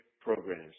programs